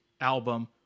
album